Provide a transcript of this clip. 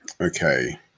Okay